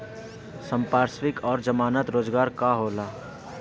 संपार्श्विक और जमानत रोजगार का होला?